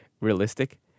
realistic